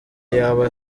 yaba